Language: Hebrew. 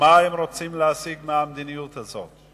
ומה הם רוצים להשיג במדיניות הזאת?